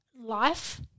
life